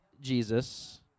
Jesus